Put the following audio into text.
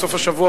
בסוף השבוע,